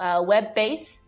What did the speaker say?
web-based